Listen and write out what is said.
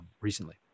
recently